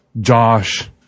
Josh